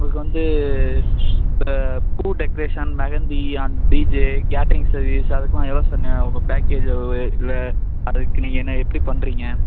உங்களுக்கு வந்து பூ டெக்ரேஷன் மெகந்தி அந்த டிஜே கேட்ரிங் சர்வீஸ் அதுக்கெல்லாம் எவ்வளோ சார் ந உங்கள் பேக்கேஜ் எவ்ளவு இல்லை அதுக்கு நீங்கள் என்ன எப்படி பண்ணுறீங்க